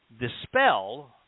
dispel